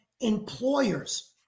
employers